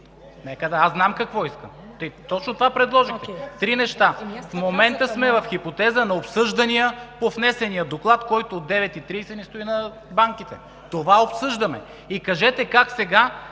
Аз знам какво искам. Точно това предложи: три неща. В момента сме в хипотеза на обсъждане по внесения доклад, който от 9,30 ч. ни стои на банките. Това обсъждаме. Кажете как сега,